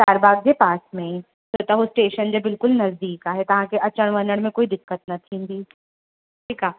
चारबाग जे पास में ई त उहो स्टेशन जे बिल्कुलु नज़दीक आहे तव्हांखे अचण वञण में कोई दिक्कत न थींदी ठीकु आहे